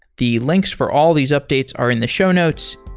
the links for all these updates are in the show notes.